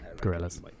gorillas